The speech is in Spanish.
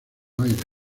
aires